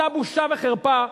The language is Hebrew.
אתה בושה וחרפה.